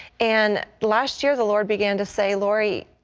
and last year the lord began to say, laurie,